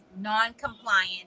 non-compliant